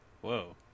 Whoa